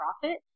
profit